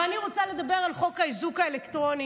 אבל אני רוצה לדבר על חוק האיזוק האלקטרוני,